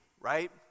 right